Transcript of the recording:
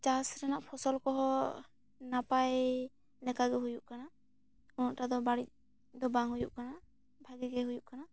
ᱪᱟᱥ ᱨᱮᱱᱟᱜ ᱯᱷᱚᱥᱚᱞ ᱠᱚᱦᱚᱸ ᱱᱟᱯᱟᱭ ᱞᱮᱠᱟ ᱜᱮ ᱦᱩᱭᱩᱜ ᱠᱟᱱᱟ ᱩᱱᱚᱜ ᱴᱟᱜ ᱫᱚ ᱵᱟᱹᱲᱤᱡ ᱫᱚ ᱵᱟᱝ ᱦᱩᱭᱩᱜ ᱠᱟᱱᱟ ᱵᱷᱟᱜᱮ ᱜᱮ ᱦᱩᱭᱩᱜ ᱠᱟᱱᱟ